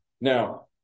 Now